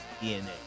DNA